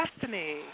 Destiny